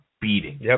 beating